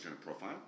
profile